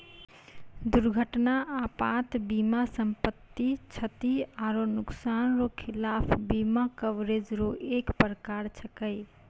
दुर्घटना आपात बीमा सम्पति, क्षति आरो नुकसान रो खिलाफ बीमा कवरेज रो एक परकार छैकै